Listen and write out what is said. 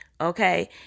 Okay